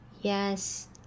yes